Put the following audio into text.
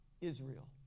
Israel